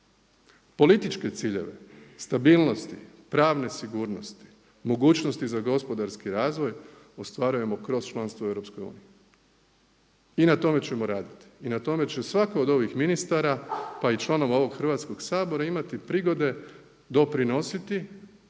Političke ciljeve, stabilnosti, pravne sigurnosti, mogućnosti za gospodarski razvoj ostvarujemo kroz članstvo u EU. I na tome ćemo raditi. I na tome će svatko od ovih ministara pa i članova ovog Hrvatskoga sabora imati prigode doprinositi